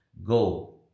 go